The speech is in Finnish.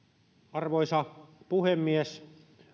arvoisa puhemies